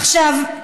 עכשיו,